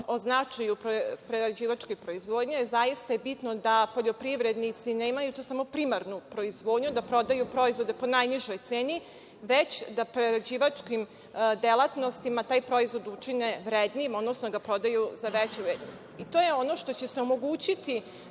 o značaju prerađivačke proizvodnje i zaista je bitno da poljoprivrednici nemaju tu samo primarnu proizvodnju, da prodaju proizvode po najnižoj ceni, već da prerađivačkim delatnostima taj proizvod učine vrednijim, odnosno da ga prodaju za veću vrednost. To je ono što će se omogućiti